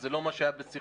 זה לא מה שהיה בשיחתנו.